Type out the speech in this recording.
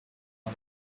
run